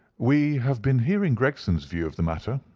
we have been hearing gregson's view of the matter,